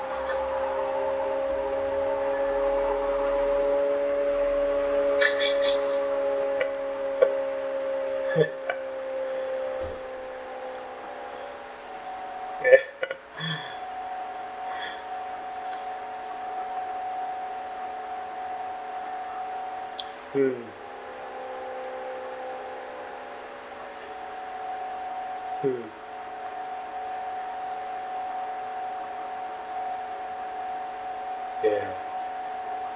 ya mm mm ya